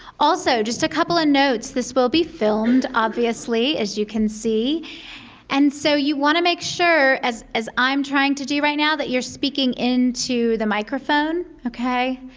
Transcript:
also, just a couple of notes, this will be filmed obviously as you can see and so you want to make sure as as i am trying to do right now that you're speaking into the microphone.